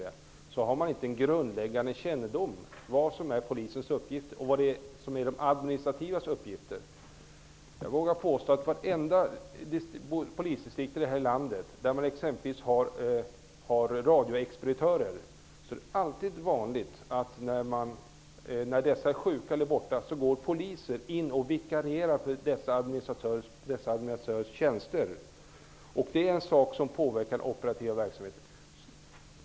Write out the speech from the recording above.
Men då har man inte någon grundläggande kännedom om vad som är polisens uppgifter och vilka som är de administrativa uppgifterna. Jag vågar påstå att det i alla polisdistrikt här i landet där man har radioexpeditörer är vanligt att poliser går in och vikarierar för dessa administratörer, när de är sjuka eller borta. Det är något som påverkar den operativa verksamheten.